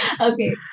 okay